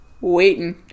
waiting